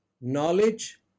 knowledge